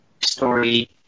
story